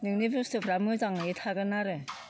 नोंनि बुस्तुफ्रा मोजाङै थागोन आरो